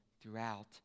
throughout